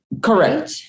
Correct